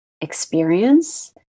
experience